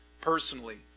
personally